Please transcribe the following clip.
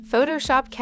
Photoshop